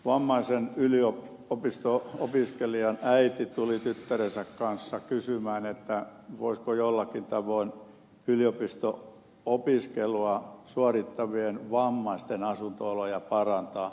eräs vammaisen yliopisto opiskelijan äiti tuli tyttärensä kanssa kysymään voisiko jollakin tavoin yliopisto opiskelua suorittavien vammaisten asunto oloja parantaa